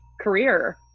career